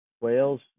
Wales